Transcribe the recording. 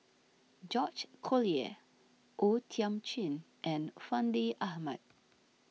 George Collyer O Thiam Chin and Fandi Ahmad